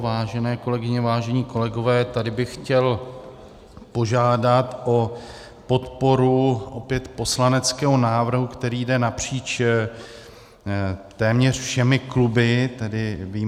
Vážené kolegyně, vážení kolegové, tady bych chtěl požádat o podporu opět poslaneckého návrhu, který jde napříč téměř všemi kluby, vyjma KSČM.